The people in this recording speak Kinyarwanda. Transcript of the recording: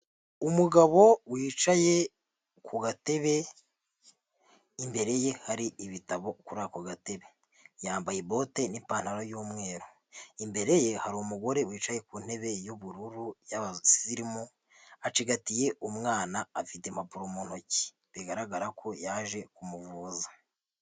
Umugabo wicaye ku gatebe, imbere ye hari ibitabo kuri ako gatebe. Yambaye bote n'ipantaro y'umweru. Imbere ye hari umugore wicaye ku ntebe y'ubururu y'abasirimu, acigatiye umwana, afite impapuro mu ntoki, bigaragara ko yaje kumuvuza.